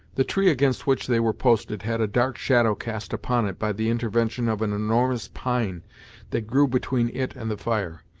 the tree against which they were posted had a dark shadow cast upon it by the intervention of an enormous pine that grew between it and the fire,